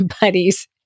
buddies